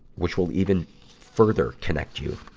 which will even further connect you